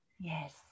Yes